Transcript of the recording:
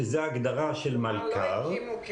שזו הגדרה של מלכ"ר,